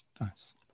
nice